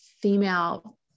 female